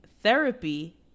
Therapy